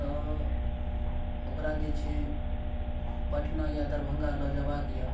तऽ ओकरा जे छै पटना या दरभंगा लऽ जेबाक यऽ